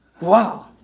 Wow